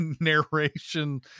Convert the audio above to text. narration